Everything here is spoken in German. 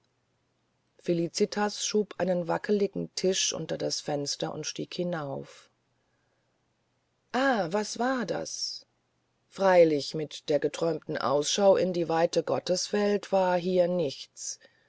felicitas schob einen wackeligen tisch unter das fenster und stieg hinauf ah was war das freilich mit der geträumten ausschau in die weite gotteswelt war es hier nichts